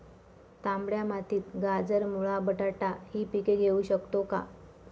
तांबड्या मातीत गाजर, मुळा, बटाटा हि पिके घेऊ शकतो का?